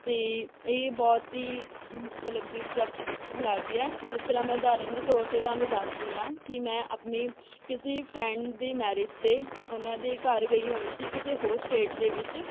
ਅਤੇ ਇਹ ਬਹੁਤ ਹੀ ਮਤਲਬ ਦਿਲ 'ਚ ਲੱਗਦੀ ਹੈ ਜਿਸ ਤਰ੍ਹਾਂ ਮੈਂ ਉਦਾਹਰਨ ਦੇ ਤੌਰ 'ਤੇ ਤੁਹਾਨੂੰ ਦੱਸਦੀ ਹਾਂ ਕਿ ਮੈਂ ਆਪਣੀ ਕਿਸੇ ਫਰੈਂਡ ਦੀ ਮੈਰਿਜ 'ਤੇ ਉਨ੍ਹਾਂ ਦੇ ਘਰ ਗਈ ਹੋਈ ਸੀ ਕਿਸੇ ਹੋਰ ਸਟੇਟ ਦੇ ਵਿੱਚ